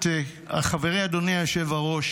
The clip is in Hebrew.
חברי אדוני היושב-ראש